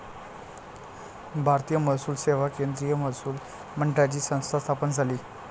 भारतीय महसूल सेवा केंद्रीय महसूल मंडळाची संस्था स्थापन झाली